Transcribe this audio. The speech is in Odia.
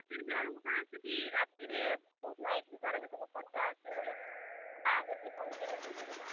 ରାତି ବିହା ମାନ୍କୁ କାଣା ହେସିକି ରାତିରେ ବହୁତ୍ ଲାଇଟ୍ ଲୁଟାରେ ବି ସବୁ ଖର୍ଚ୍ଚା ହେସିବେଲେ ବେଶୀ କମ୍ କେନେ କରିହେବା